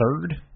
third